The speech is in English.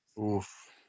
Oof